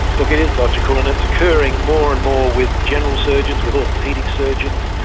look, it is logical, and it's occurring more and more with general surgeons, with orthopaedic surgeons,